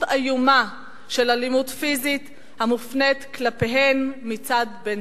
איומה של אלימות פיזית המופנית כלפיהן מצד בן-זוגן,